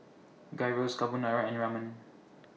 Gyros Carbonara and Ramen